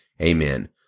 Amen